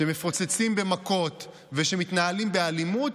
שמפוצצים במכות ושמתנהלים באלימות,